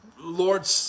Lord